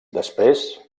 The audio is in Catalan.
després